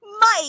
Mike